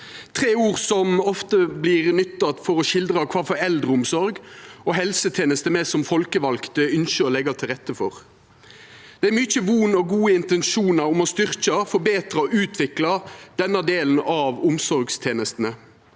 tre ord som ofte vert nytta for å skildra kva for ei eldreomsorg og kva for helsetenester me som folkevalde ynskjer å leggja til rette for. Det er mykje von og gode intensjonar om å styrkja, forbetra og utvikla denne delen av omsorgstenestene,